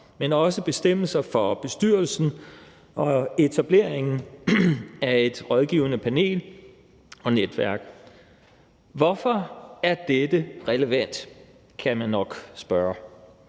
men også bestemmelser for bestyrelsen og etableringen af et rådgivende panel og netværk. Hvorfor er dette relevant? kan man nok spørge.